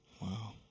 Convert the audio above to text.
Wow